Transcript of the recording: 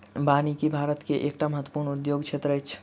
वानिकी भारत के एकटा महत्वपूर्ण उद्योग क्षेत्र अछि